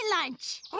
lunch